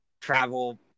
travel